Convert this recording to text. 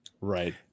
Right